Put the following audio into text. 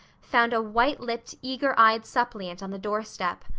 found a white-lipped eager-eyed suppliant on the doorstep.